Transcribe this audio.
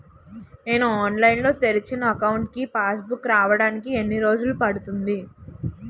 నేను ఆన్లైన్ లో తెరిచిన అకౌంట్ కి పాస్ బుక్ రావడానికి ఎన్ని రోజులు పడుతుంది?